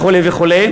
וכו' וכו',